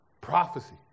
Prophecy